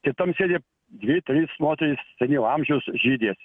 kitam sėdi dvi trys moterys senyvo amžiaus žydės